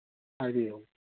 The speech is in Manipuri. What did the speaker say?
ꯍꯥꯏꯕꯤꯌꯨ